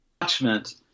attachment